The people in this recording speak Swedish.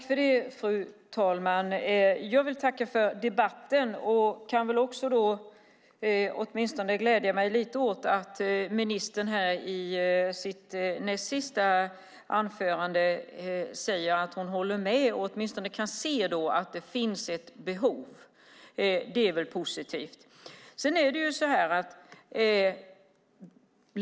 Fru talman! Jag vill tacka för debatten och kan glädja mig lite åt att ministern i sitt näst sista anförande säger att hon håller med och att hon åtminstone kan se att det finns ett behov. Det är positivt.